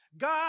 God